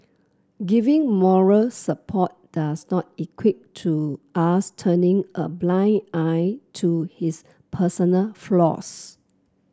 giving moral support does not equate to us turning a blind eye to his personal flaws